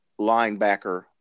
linebacker